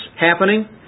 happening